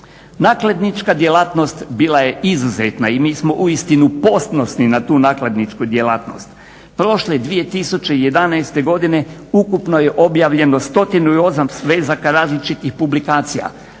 Nakladnička djelatnost bila je izuzetna i mi smo uistinu ponosni na tu nakladničku djelatnost. Prošle 2011. godine ukupno je objavljeno 108 svezaka različitih publikacija,